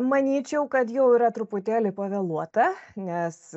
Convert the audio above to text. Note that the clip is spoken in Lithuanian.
manyčiau kad jau yra truputėlį pavėluota nes